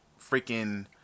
freaking